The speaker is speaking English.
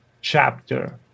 chapter